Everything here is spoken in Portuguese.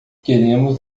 queremos